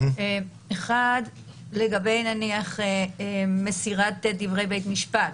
האחת, לגבי נניח מסירת דברי בית משפט.